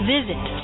Visit